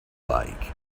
like